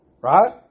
Right